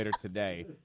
today